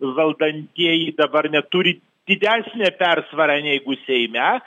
valdantieji dabar net turi didesnę persvarą neigu seime